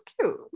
cute